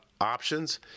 options